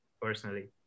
personally